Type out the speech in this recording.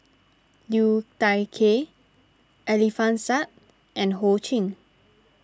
Liu Thai Ker Alfian Sa'At and Ho Ching